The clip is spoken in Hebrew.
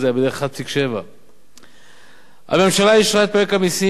זה היה בדרך כלל 1.7%. הממשלה אישרה את פרק המסים,